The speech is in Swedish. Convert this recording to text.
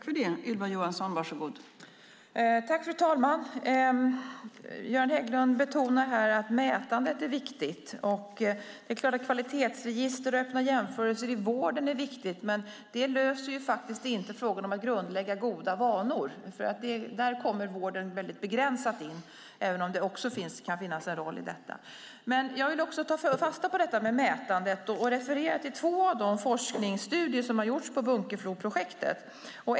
Fru talman! Göran Hägglund betonar att mätandet är viktigt. Det är klart att kvalitetsregister och öppna jämförelser i vården är viktigt. Men det löser inte frågan om att grundlägga goda vanor. Där kommer vården väldigt begränsat in, även om det kan finnas en roll i detta. Jag vill ta fasta på mätandet. Jag vill referera till två av de forskningsstudier som har gjorts i Bunkefloprojektet.